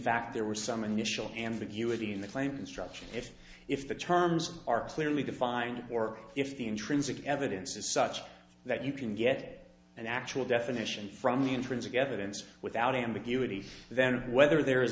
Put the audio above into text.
fact there were some initial ambiguity in the claim instruction if if the terms are clearly defined or if the intrinsic evidence is such that you can get an actual definition from the intrinsic evidence without ambiguity then whether there is